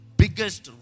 biggest